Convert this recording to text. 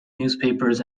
newspapers